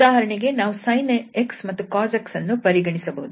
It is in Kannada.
ಉದಾಹರಣೆಗೆ ನಾವು sin 𝑥 cos 𝑥 ಅನ್ನು ಪರಿಗಣಿಸಬಹುದು